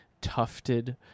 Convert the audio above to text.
tufted